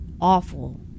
awful